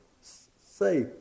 say